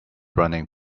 running